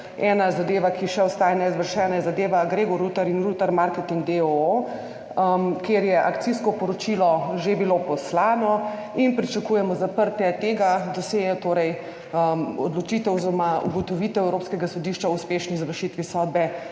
ena zadeva, ki še ostaja neizvršena, je zadeva Gregor Rutar in Rutar marketing, d. o. o., kjer je akcijsko poročilo že bilo poslano in pričakujemo zaprtje tega dosjeja, torej odločitev oziroma ugotovitev Evropskega sodišča o uspešni izvršitvi sodbe,